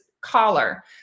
collar